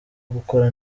gukora